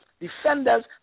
defenders